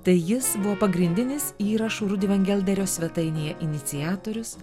tai jis buvo pagrindinis įrašų rudi vangelderio svetainėje iniciatorius